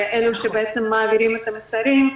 לאלה שמעבירים את המסרים,